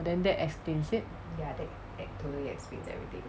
then that explains it